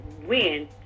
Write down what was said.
win